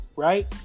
right